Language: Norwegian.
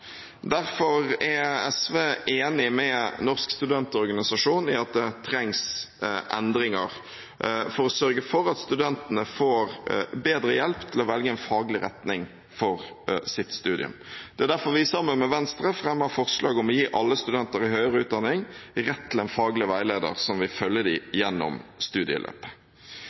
Derfor er SV enig med Norsk studentorganisasjon i at det trengs endringer for å sørge for at studentene får bedre hjelp til å velge en faglig retning for sitt studium. Det er derfor vi sammen med Venstre fremmer forslag om å gi alle studenter i høyere utdanning rett til en faglig veileder, som vil følge dem gjennom studieløpet.